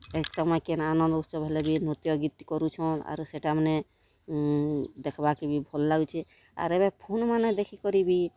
ଏ କିନ୍ ଆନନ୍ଦ୍ ଉତ୍ସବ୍ ହେଲେ ବି ନୃତ୍ୟ ଗୀତ୍ ଟେ କରୁଛନ୍ ଆରୁ ସେଟା ମାନେ ଦେଖ୍ବାକେ ବି ଭଲ୍ ଲାଗ୍ଛୁ ଆର୍ ଏବେ ଫୁନ୍ମାନ ଦେଖିକରି ବି